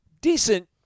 decent